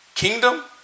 Kingdom